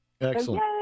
Excellent